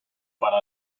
para